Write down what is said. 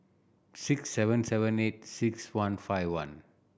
six seven seven eight six one five one